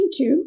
youtube